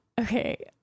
Okay